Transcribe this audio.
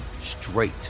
straight